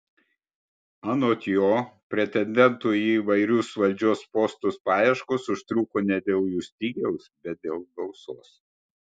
anot jo pretendentų į įvairius valdžios postus paieškos užtruko ne dėl jų stygiaus bet dėl gausos